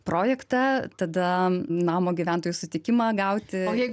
projektą tada namo gyventojų sutikimą gauti